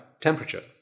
temperature